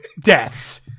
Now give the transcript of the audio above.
deaths